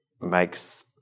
makes